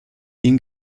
ihnen